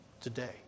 today